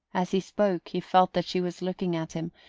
as he spoke he felt that she was looking at him,